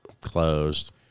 closed